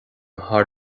thar